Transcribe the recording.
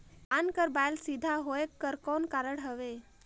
धान कर बायल सीधा होयक कर कौन कारण हवे?